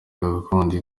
gakondo